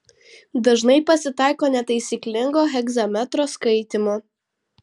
dažnai pasitaiko netaisyklingo hegzametro skaitymo